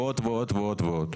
ועוד, ועוד ועוד.